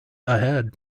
ahead